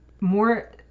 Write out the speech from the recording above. more